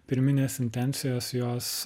pirminės intencijos jos